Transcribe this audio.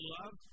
love